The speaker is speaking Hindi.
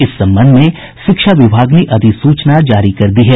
इस संबंध में शिक्षा विभाग ने अधिसूचना जारी कर दी है